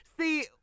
See